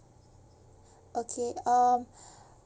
okay um